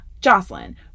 Jocelyn